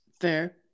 Fair